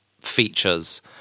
features